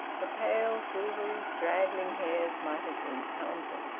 the pale silvery straggling hairs might have been counted.